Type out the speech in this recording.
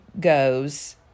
goes